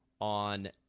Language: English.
on